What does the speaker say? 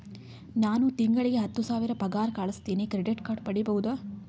ನಾನು ತಿಂಗಳಿಗೆ ಹತ್ತು ಸಾವಿರ ಪಗಾರ ಗಳಸತಿನಿ ಕ್ರೆಡಿಟ್ ಕಾರ್ಡ್ ಪಡಿಬಹುದಾ?